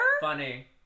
Funny